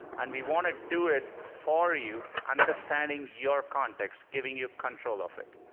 and we want to do it for you, understanding your context, giving you control of it.